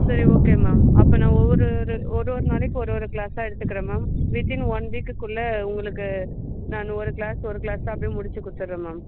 சரி okay ma'am அப்போ நான் ஒவ்வொரு ஒரு ஒரு ஒரு நாளைக்கும் ஒரு ஒரு க்ளாஸாக எடுத்துக்கிறேன் மேம் வித்தின் ஒன் வீக்குக்குள்ள உங்களுக்கு நான் ஒரு க்ளாஸ் ஒரு க்ளாஸா அப்படியே முடிச்சு கொடுத்துட்றேன் மேம்